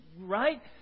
right